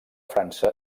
frança